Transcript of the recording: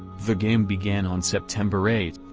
the game began on september eighth,